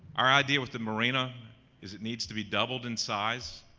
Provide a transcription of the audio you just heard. our idea with the marina is it needs to be doubled in size,